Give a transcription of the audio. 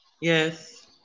Yes